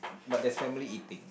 but there's family eating